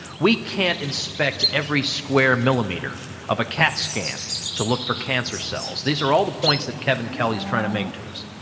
we can't inspect every square millimeter of a cat scan to look for cancer cells. these are all the points that kevin kelly is trying to make to us.